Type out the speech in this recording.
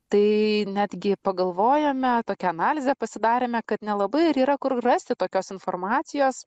tai netgi pagalvojome tokią analizę pasidarėme kad nelabai ir yra kur rasti tokios informacijos